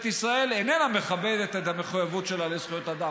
ישראל איננה מכבדת את המחויבות שלה לזכויות אדם,